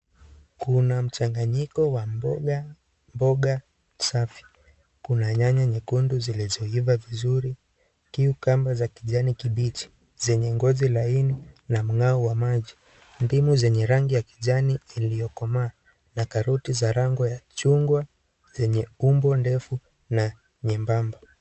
Kuna mkusanyiko wa mboga safi. kuna nyanya nyekundu zilizoiva vizuri , (cs) cucumber (cs) za kijani kibichi, zenye ngozi laini na mng'ao wa maji. Ndimu zenye rangi ya kijani zimekomaa na karoti za rangi ya chungwa zenye umbo ndefu na nyembamba.